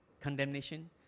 condemnation